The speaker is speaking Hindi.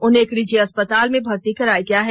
उन्हें एक निजी अस्पताल में भर्ती कराया गया है